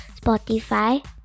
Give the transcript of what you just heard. Spotify